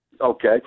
Okay